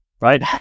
right